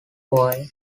kauai